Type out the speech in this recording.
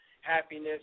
Happiness